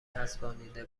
چسبانیده